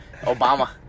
Obama